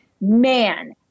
man